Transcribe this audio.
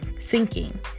Sinking